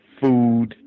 food